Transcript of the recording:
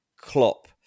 Klopp